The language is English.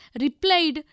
replied